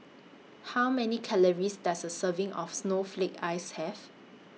How Many Calories Does A Serving of Snowflake Ice Have